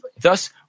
Thus